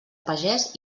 pagès